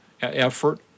effort